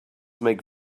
make